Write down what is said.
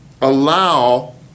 allow